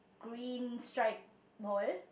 green stripe wall